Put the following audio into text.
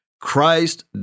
Christ